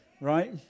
right